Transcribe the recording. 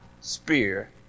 spear